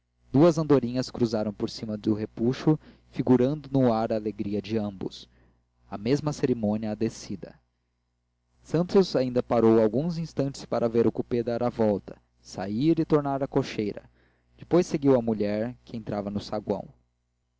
duas andorinhas cruzaram por cima do repuxo figurando no ar a alegria de ambos a mesma cerimônia à descida santos ainda parou alguns instantes para ver o coupé dar a volta sair e tornar à cocheira depois seguiu a mulher que entrava no saguão